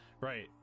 right